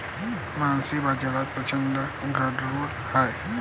मासळी बाजारात प्रचंड गदारोळ आहे